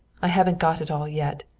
i haven't got it all yet.